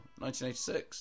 1986